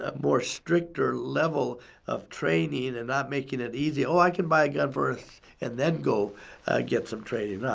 ah more stricter level of training and and not making it easy. oh, i can buy a gun first and then go get some training.